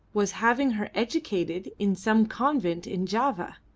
was having her educated in some convent in java,